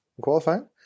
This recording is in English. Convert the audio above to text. qualifying